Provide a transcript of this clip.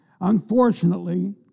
unfortunately